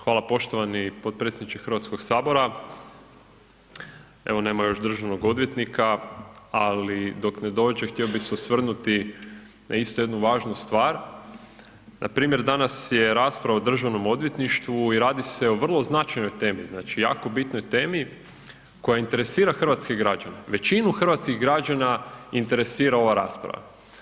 Hvala poštovani potpredsjedniče HS, evo nema još državnog odvjetnika, ali dok ne dođe htio bi se osvrnuti na isto jednu važnu stvar, npr. danas je rasprava o državnom odvjetništvu i radi se o vrlo značajnoj temi, znači jako bitnoj temi koja interesira hrvatske građane, većinu hrvatskih građana interesira ova rasprava.